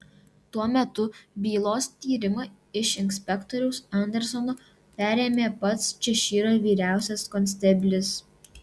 tuo metu bylos tyrimą iš inspektoriaus andersono perėmė pats češyro vyriausias konsteblis